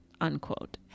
unquote